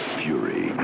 fury